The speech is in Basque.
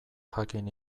jakin